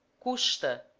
custa,